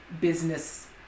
business